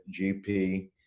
GP